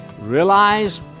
realize